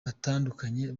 batandukanye